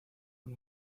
con